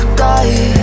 die